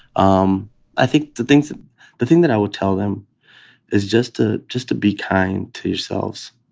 um i think the things the thing that i would tell them is just ah just to be kind to yourselves.